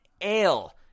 Ale